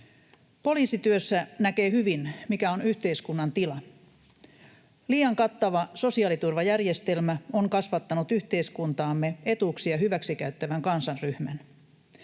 Poliisityössä näkee hyvin, mikä on yhteiskunnan tila. Liian kattava sosiaaliturvajärjestelmä on kasvattanut yhteiskuntaamme etuuksia hyväksikäyttävän kansanryhmän.